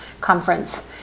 conference